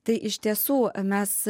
tai iš tiesų mes